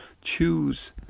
choose